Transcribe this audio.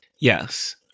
Yes